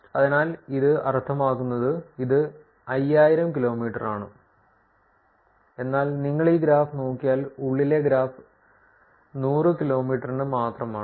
അതിനാൽ ഇത് അർത്ഥമാക്കുന്നത് ഇത് 5000 കിലോമീറ്ററാണ് എന്നാൽ നിങ്ങൾ ഈ ഗ്രാഫ് നോക്കിയാൽ ഉള്ളിലെ ഗ്രാഫ് 100 കിലോമീറ്ററിന് മാത്രമാണ്